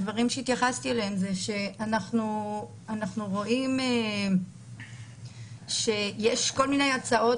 הדברים שהתייחסתי אליהם זה שאנחנו רואים שיש כל מיני הצעות,